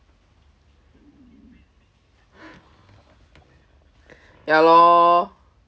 ya lor